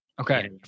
Okay